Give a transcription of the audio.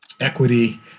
equity